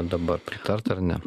dabar pritart ar ne